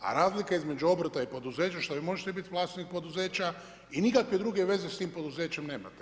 A razlika između obrta i poduzeća što vi možete biti vlasnik poduzeća i nikakve druge veze s tim poduzećem nemate.